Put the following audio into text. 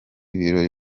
birori